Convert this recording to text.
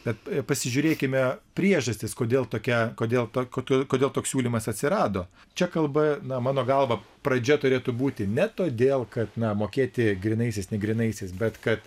bet pasižiūrėkime priežastis kodėl tokia kodėl ko kodėl toks siūlymas atsirado čia kalba na mano galva pradžia turėtų būti ne todėl kad na mokėti grynaisiais ne grynaisiais bet kad